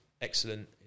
excellent